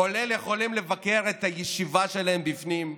כולל לבקר את הישיבה שלהם בפנים,